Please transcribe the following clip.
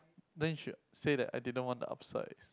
then you should say that I didn't want to upsize